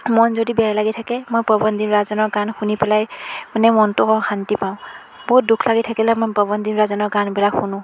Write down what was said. মন যদি বেয়া লাগি থাকে মই পৱনদ্বীপ ৰাজনৰ গান শুনি পেলাই মানে মনটো শান্তি পাওঁ বহুত দুখ লাগি থাকিলে মই পৱনদ্বীপ ৰাজনৰ গানবিলাক শুনোঁ